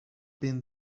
been